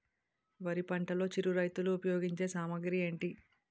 వరి పంటలో చిరు రైతులు ఉపయోగించే సామాగ్రి ఏంటి?